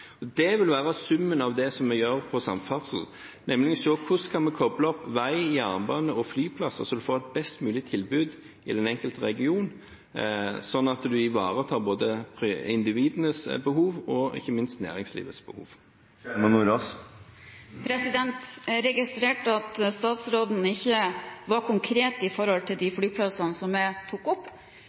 Det vil være summen av det vi gjør på samferdsel, nemlig å se på hvordan vi skal koble vei, jernbane og flyplasser så en får et best mulig tilbud i den enkelte region, sånn at en ivaretar både individenes behov og ikke minst næringslivets behov. Jeg registrerte at statsråden ikke var konkret når det gjaldt de flyplassene som jeg tok opp.